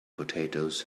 potatoes